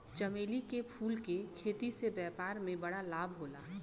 चमेली के फूल के खेती से व्यापार में बड़ा लाभ होला